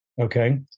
Okay